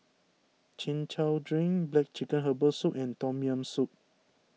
Chin Chow Drink Black Chicken Herbal Soup and Tom Yam Soup